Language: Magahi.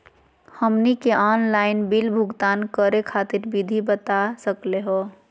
हमनी के आंनलाइन बिल भुगतान करे खातीर विधि बता सकलघ हो?